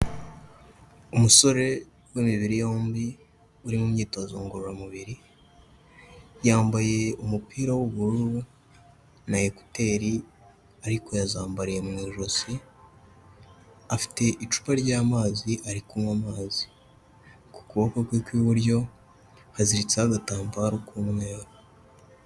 Umusore w'imibiri yombi uri mu myitozo ngororamubiri. Yambaye umupira w'ubururu na ekuteri ariko yazambariye mu ijosi, afite icupa ry'amazi ari kunywa amazi. Ku kuboko kwe ku iburyo haziritseho agatambaro k'umweru.